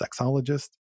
sexologist